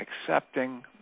accepting